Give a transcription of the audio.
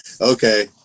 Okay